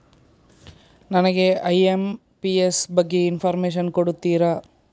ನನಗೆ ಐ.ಎಂ.ಪಿ.ಎಸ್ ಬಗ್ಗೆ ಇನ್ಫೋರ್ಮೇಷನ್ ಕೊಡುತ್ತೀರಾ?